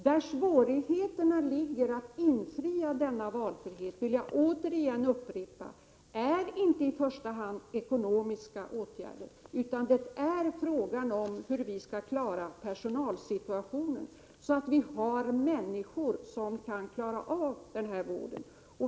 Jag vill upprepa att svårigheterna med att infria löftena om denna valfrihet inte i första hand är ekonomiska, utan det är fråga om hur vi skall kunna ordna personalsituationen så att vi har människor som kan klara av vården.